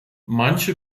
manche